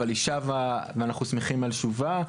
אבל היא שבה ואנחנו שמחים על שובה.